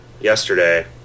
Yesterday